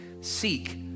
Seek